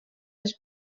les